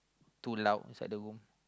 too loud inside the room